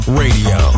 radio